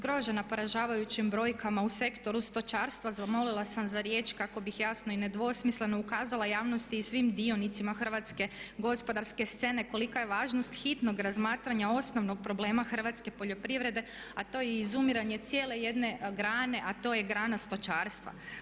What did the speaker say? Zgrožena poražavajućim brojkama u sektoru stočarstva zamolila sam za riječ kako bih jasno i nedvosmisleno ukazala javnosti i svim dionicima hrvatske gospodarske scene kolika je važnost hitnog razmatranja osnovnog problema hrvatske poljoprivrede a to je izumiranje cijele jedne grane a to je grana stočarstva.